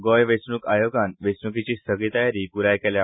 गोंय वेचणूक आयोगान वेचणूकेची सगळी तयारी पूराय केल्या